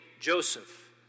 Joseph